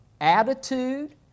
attitude